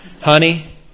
Honey